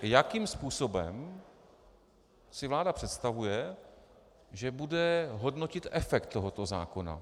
Jakým způsobem si vláda představuje, že bude hodnotit efekt tohoto zákona.